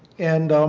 and